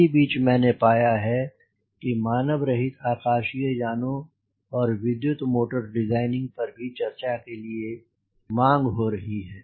इसी बीच मैंने पाया है कि मानवरहित आकाशीय यानों और विद्युत् मोटर डिज़ाइनिंग पर चर्चा के लिए मांग हो रही है